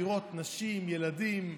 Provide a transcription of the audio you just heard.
לראות נשים, ילדים,